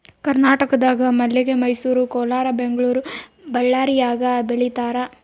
ಕರ್ನಾಟಕದಾಗ ಮಲ್ಲಿಗೆ ಮೈಸೂರು ಕೋಲಾರ ಬೆಂಗಳೂರು ಬಳ್ಳಾರ್ಯಾಗ ಬೆಳೀತಾರ